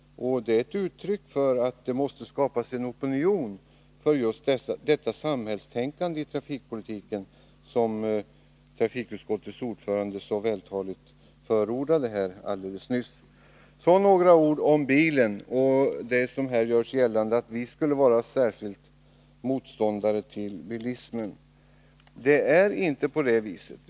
Det är ett uttryck för att det måste skapas en opinion för just det samhällstänkande i trafikpolitiken som trafikutskottets ordförande så vältaligt förordade här alldeles nyss. Sedan några ord om bilen och det som görs gällande, nämligen att vi i särskilt hög grad skulle vara motståndare till bilismen. Det är inte på det viset.